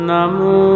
Namu